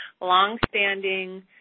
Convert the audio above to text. Longstanding